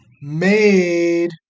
made